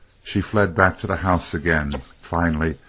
she fled back to the house again, finally,